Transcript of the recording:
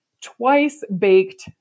twice-baked